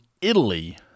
italy